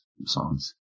songs